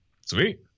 sweet